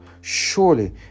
surely